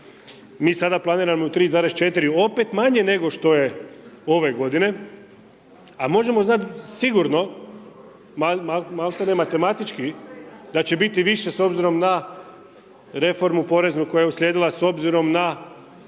Mi sada planiramo 3,4, opet manje nego što je ove godine, a možemo znati sigurno, malte ne matematički, da će biti više s obzirom na reformu poreznu koja je uslijedila, s obzirom na